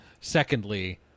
Secondly